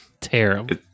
Terrible